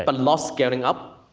but less scaling up,